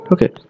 Okay